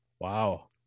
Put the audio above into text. Wow